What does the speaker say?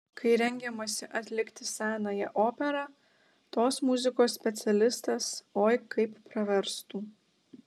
kai rengiamasi atlikti senąją operą tos muzikos specialistas oi kaip praverstų